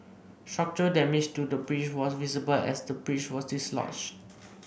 structural damage to the bridge was visible as the bridge was dislodged